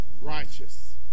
righteous